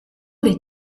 les